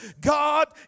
God